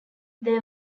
they